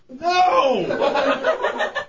No